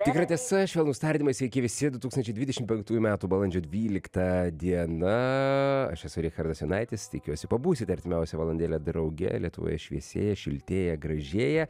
tikra tiesa švelnūs tardymai sveiki visi du tūkstančiai dvidešim penktųjų metų balandžio dvylikta diena aš esu richardas jonaitis tikiuosi pabūsite artimiausią valandėlę drauge lietuvoje šviesėja šiltėja gražėja